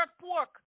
pork